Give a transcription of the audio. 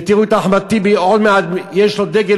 ותראו את אחמד טיבי עוד מעט, יש לו דגל